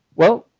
well,